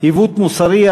עיוות מוסרי,